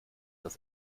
das